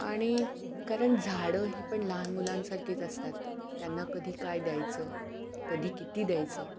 आणि कारण झाडं ही पण लहान मुलांसारखीच असतात त्यांना कधी काय द्यायचं कधी किती द्यायचं